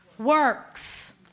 works